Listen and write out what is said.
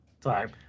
time